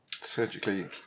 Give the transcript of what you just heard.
surgically